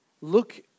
look